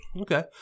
Okay